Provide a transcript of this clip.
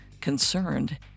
Concerned